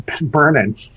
burning